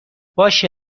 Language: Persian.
باشه